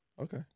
Okay